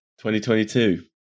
2022